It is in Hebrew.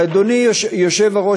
ואדוני היושב-ראש,